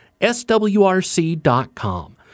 swrc.com